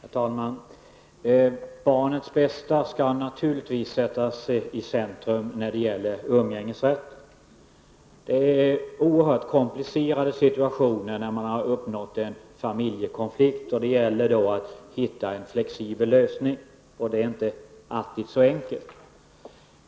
Herr talman! När det gäller umgängesrätten skall naturligtvis barnens bästa sättas i centrum. Vid en familjekonflikt kan det uppstå oerhört komplicerade situationer och då gäller det att hitta en flexibel lösning, vilket inte alltid är så enkelt.